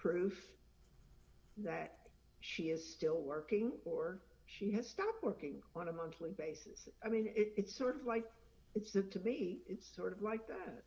proof that she is still working or she has stopped working on a monthly basis i mean it's sort of like it's that to be it's sort of like that